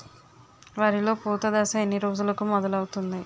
వరిలో పూత దశ ఎన్ని రోజులకు మొదలవుతుంది?